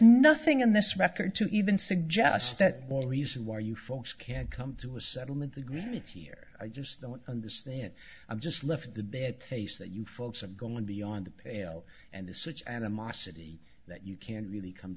nothing in this record to even suggest that the reason why you folks can't come to a settlement agreement here i just don't understand it i just left the bad taste that you folks have going beyond the pale and the such animosity that you can't really come